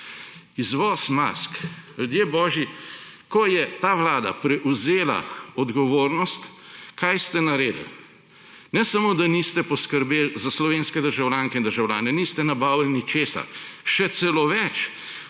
−izvoz mask. Ljudje božji, ko je ta vlada prevzela odgovornost, kaj ste naredili? Ne samo da niste poskrbeli za slovenske državljanke in državljane, niste nabavili ničesar, še celo več.